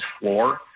floor